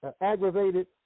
aggravated